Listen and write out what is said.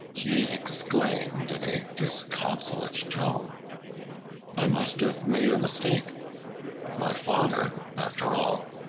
he exclaimed in a disconsolate tone i must have made a mistake my father, after all,